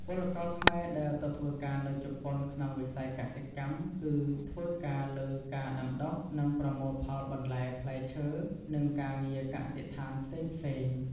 ពលករខ្មែរដែលទៅធ្វើការនៅជប៉ុនក្នុងវិស័យកសិកម្ម គឺធ្វើការលើការដាំដុះ និងប្រមូលផលបន្លែ ផ្លែឈើ និងការងារកសិដ្ឋានផ្សេងៗ ។